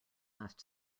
last